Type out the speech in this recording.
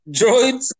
Droids